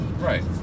Right